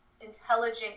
intelligent